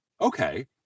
okay